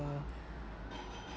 uh